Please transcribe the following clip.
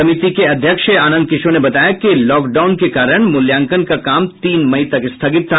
समिति के अध्यक्ष आनंद किशोर ने बताया कि लॉक डाउन के कारण मूल्याकंन का काम तीन मई तक स्थगित था